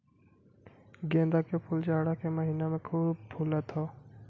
गेंदा के फूल जाड़ा के महिना में खूब फुलत हौ